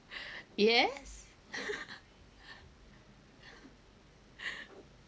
yes